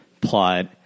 plot